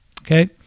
okay